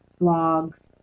blogs